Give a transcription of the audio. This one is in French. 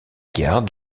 gardes